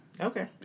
Okay